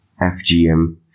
FGM